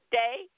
day